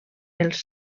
els